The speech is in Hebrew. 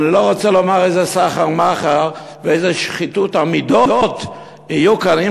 אני לא רוצה לומר איזה סחר-מכר ואיזה שחיתות המידות יהיו כאן אם